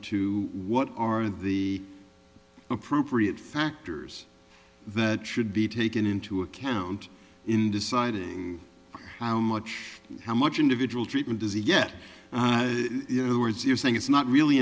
to what are the appropriate factors that should be taken into account in deciding how much how much individual treatment is a yet the words you're saying it's not really